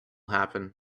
happen